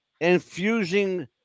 infusing